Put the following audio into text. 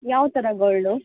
ಯಾವ ಥರ ಗೋಲ್ಡು